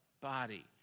body